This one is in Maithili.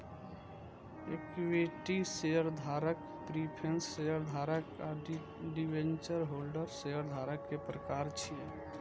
इक्विटी शेयरधारक, प्रीफेंस शेयरधारक आ डिवेंचर होल्डर शेयरधारक के प्रकार छियै